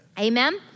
Amen